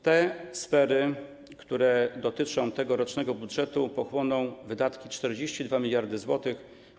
Te sfery, które dotyczą tegorocznego budżetu, pochłoną wydatki 42 mld zł.